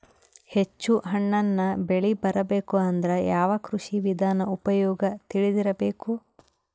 ಹೆಚ್ಚು ಹಣ್ಣನ್ನ ಬೆಳಿ ಬರಬೇಕು ಅಂದ್ರ ಯಾವ ಕೃಷಿ ವಿಧಾನ ಉಪಯೋಗ ತಿಳಿದಿರಬೇಕು?